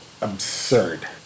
absurd